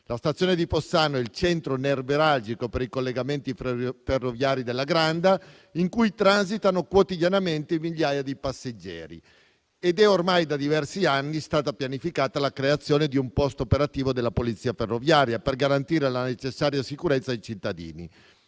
La stazione di Fossano è il centro nevralgico per i collegamenti ferroviari della Granda, in cui transitano quotidianamente migliaia di passeggeri. È stata pianificata, ormai da diversi anni, la creazione di un posto operativo della Polizia ferroviaria, per garantire la necessaria sicurezza ai cittadini.